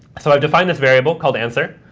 so i've defined this variable called answer,